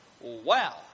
Wow